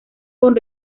con